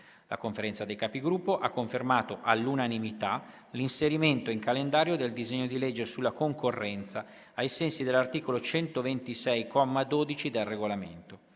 La Conferenza dei Capigruppo ha confermato, all'unanimità, l'inserimento in calendario del disegno di legge sulla concorrenza, ai sensi dell'articolo 126, comma 12, del Regolamento.